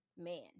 man